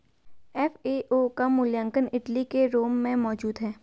FAO का मुख्यालय Italy के रोम में मौजूद है